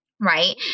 right